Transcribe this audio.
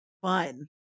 fun